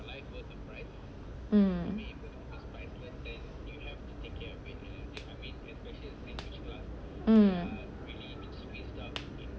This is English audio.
um